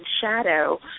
shadow